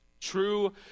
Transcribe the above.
True